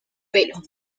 pelo